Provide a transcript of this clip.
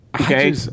Okay